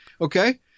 Okay